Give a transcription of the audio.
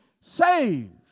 saved